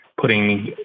putting